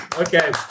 Okay